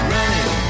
Running